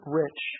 rich